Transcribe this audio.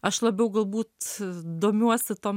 aš labiau galbūt domiuosi tuom